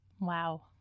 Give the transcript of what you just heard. Wow